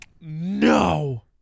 No